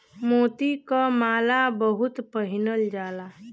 मोती क माला बहुत पहिनल जाला